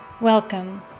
Welcome